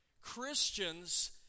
Christians